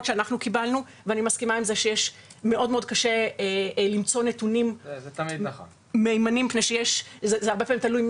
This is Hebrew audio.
ואני מסכימה עם זה שמאוד קשה למצוא נתונים מהימנים מפני שזה מאוד תלוי,